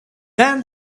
then